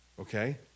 Okay